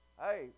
Hey